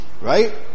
Right